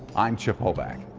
i'm chip hoback.